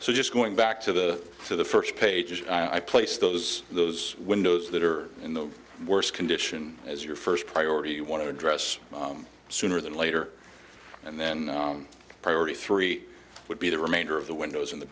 so just going back to the to the first pages i place those those windows that are in the worst condition as your first priority you want to address sooner than later and then priority three would be the remainder of the windows in the